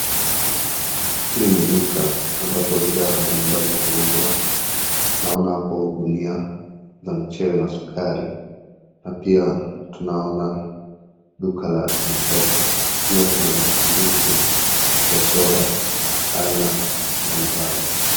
Hili ni duka ambapo bidhaa mbali mbali huuzwa. Tunaona hapo gunia la mchele na sukari na pia tunaona duka la mpesa na pia kuna visanduku vya soda vya aina mbali mbali.